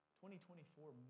2024